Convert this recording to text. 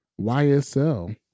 YSL